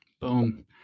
Boom